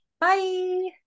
Bye